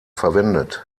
verwendet